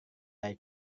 dari